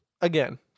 Again